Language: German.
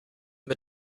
mit